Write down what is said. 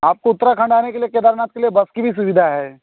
आपको उत्तराखंड आने के लिए केदारनाथ से बस की भी सुविधा है